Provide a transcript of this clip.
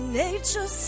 nature